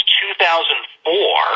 2004